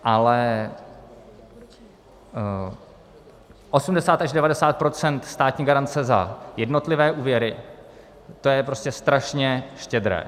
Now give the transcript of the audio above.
Ale 80 až 90 % státní garance za jednotlivé úvěry je prostě strašně štědré.